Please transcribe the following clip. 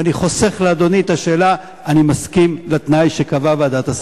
ואני חוסך לאדוני את השאלה: אני מסכים לתנאי שקבעה ועדת השרים.